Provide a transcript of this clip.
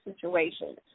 situations